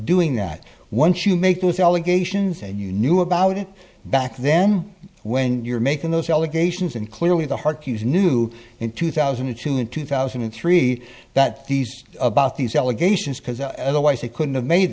doing that once you make those allegations and you knew about it back then when you're making those allegations and clearly the heart cuse knew in two thousand and two and two thousand and three that these about these allegations because otherwise they couldn't have made